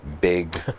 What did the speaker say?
big